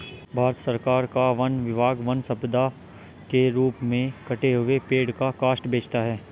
भारत सरकार का वन विभाग वन सम्पदा के रूप में कटे हुए पेड़ का काष्ठ बेचता है